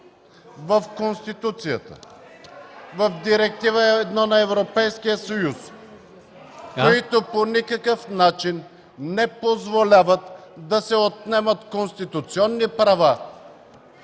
в Конституцията, в Директива 1 на Европейския съюз, които по никакъв начин не позволяват да се отнемат конституционни права